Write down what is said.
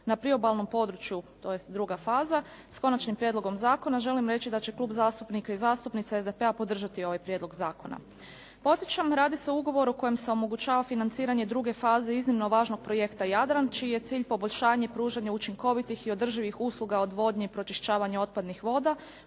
na priobalnom području to je druga faza sa Konačnim prijedlogom zakona želim reći da će Klub zastupnika i zastupnica SDP-a podržati ovaj prijedlog zakona. Podsjećam radi se o ugovoru kojim se omogućava financiranje druge faze iznimno važnog projekta Jadran čiji je cilj poboljšanje pružanja učinkovitih i održivih usluga odvodnje i pročišćavanja otpadnih voda